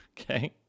Okay